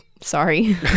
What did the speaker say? sorry